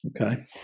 okay